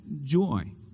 joy